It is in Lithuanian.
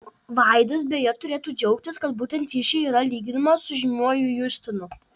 vaidas beje turėtų džiaugtis kad būtent jis čia yra lyginamas su žymiuoju justinu